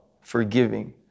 forgiving